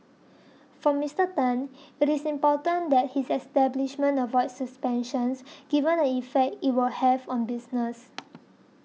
for Mister Tan it is important that his establishment avoids suspensions given the effect it will have on business